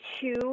two